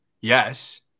Yes